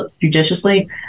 judiciously